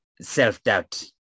self-doubt